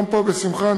גם פה, בשמחה.